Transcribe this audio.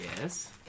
Yes